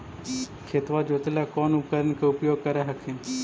खेतबा जोते ला कौन उपकरण के उपयोग कर हखिन?